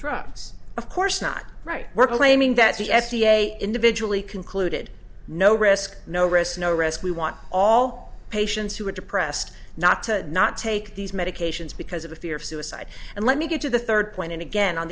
drugs of course not right we're claiming that the f d a individually concluded no risk no risk no risk we want all patients who are depressed not to not take these medications because of a fear of suicide and let me get to the third point and again on